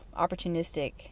opportunistic